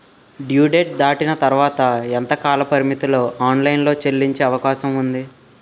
Due date దాటిన తర్వాత ఎంత కాలపరిమితిలో ఆన్ లైన్ లో చెల్లించే అవకాశం వుంది?